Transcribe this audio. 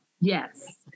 Yes